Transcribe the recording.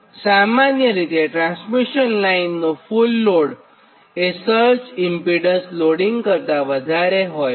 અને સામાન્ય રીતે ટ્રાન્સમિશન લાઇનનું ફુલ લોડ એ સર્જ ઇમ્પીડન્સ લોડિંગ કરતાં વધારે હોય છે